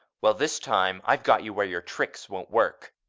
well, this time i've got you where your tricks won't work,